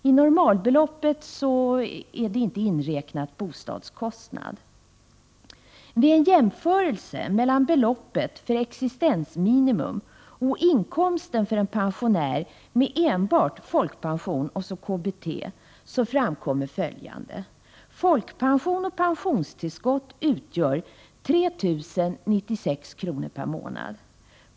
I normalbeloppet ingår ej bostadskostnaden. Vid en jämförelse mellan beloppet för existensminimum och inkomsten för en pensionär med enbart folkpension och KBT framkommer följande: Folkpensionen och pensionstillskottet utgör 3 096 kr. per månad.